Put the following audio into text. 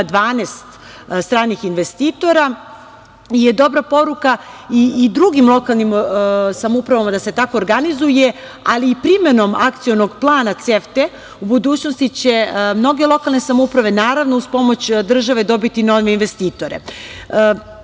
12 stranih investitora i to je dobra poruka i drugim lokalnim samoupravama da se tako organizuje, ali i primenom Akcionog plana CEFTA u budućnosti će mnoge lokalne samouprave, naravno uz pomoć države, dobiti nove investitore. Na